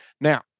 Now